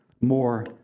more